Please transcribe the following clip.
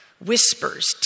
whispers